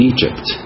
Egypt